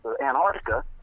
Antarctica